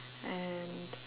and